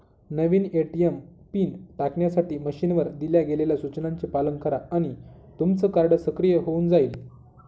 नवीन ATM PIN टाकण्यासाठी मशीनवर दिल्या गेलेल्या सूचनांचे पालन करा आणि तुमचं कार्ड सक्रिय होऊन जाईल